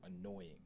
annoying